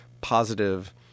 positive